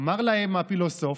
אמר להם הפילוסוף,